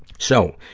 so,